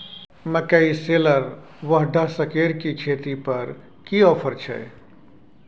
मकई शेलर व डहसकेर की खरीद पर की ऑफर छै?